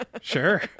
Sure